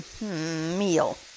meal